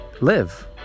live